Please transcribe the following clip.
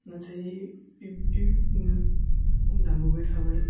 नाथाय बे बायदिनो आं दामबोबाय थाबाय